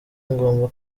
ngomba